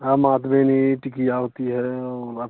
हाँ माथ बिंदी टिकिया होती है और आप